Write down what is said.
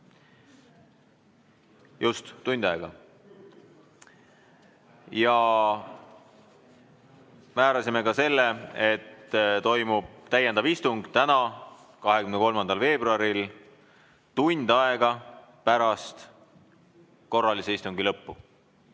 Just, tund aega. Ja määrasime ka selle, et toimub täiendav istung täna, 23. veebruaril tund aega pärast korralise istungi lõppu.